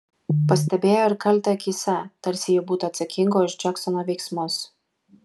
pastebėjo ir kaltę akyse tarsi ji būtų atsakinga už džeksono veiksmus